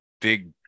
big